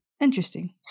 Interesting